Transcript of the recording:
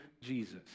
Jesus